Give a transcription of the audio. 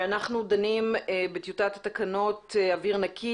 אנחנו דנים בטיוטת תקנות אוויר נקי